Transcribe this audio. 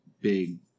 big